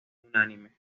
unánime